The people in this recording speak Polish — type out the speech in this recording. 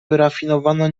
wyrafinowana